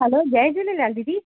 हलो जय झूलेलाल दीदी